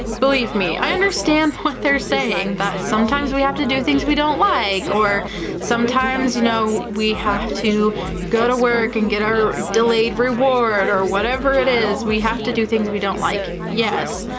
believe me, i understand what they're saying, that sometimes we have to do things we don't like, or sometimes, you know, we have to go to work and get our delayed reward or whatever it is we have to do, things we don't like. yes,